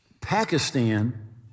Pakistan